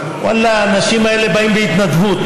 ואללה, האנשים האלה באים בהתנדבות,